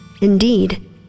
Indeed